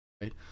right